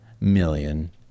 million